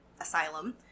asylum